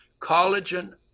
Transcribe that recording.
collagen